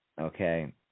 Okay